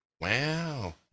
wow